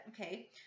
okay